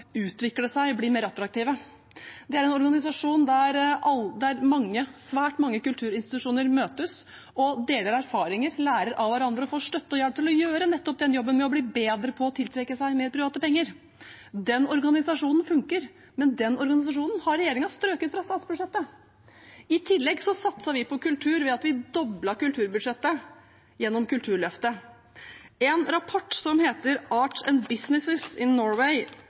utvikle seg og bli mer attraktive. Det er en organisasjon der svært mange kulturinstitusjoner møtes, deler erfaringer, lærer av hverandre og får støtte og hjelp til å gjøre nettopp den jobben med å bli bedre på å tiltrekke seg mer private penger. Den organisasjonen fungerer, men den organisasjonen har regjeringen strøket fra statsbudsjettet. I tillegg satset vi på kultur ved at vi doblet kulturbudsjettet gjennom Kulturløftet. En rapport fra Arts & Business Norway slo for noen år siden fast at hver tredje bedriftsleder mente at en